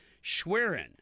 Schwerin